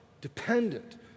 dependent